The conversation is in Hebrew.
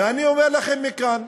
ואני אומר לכם מכאן,